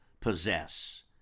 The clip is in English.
possess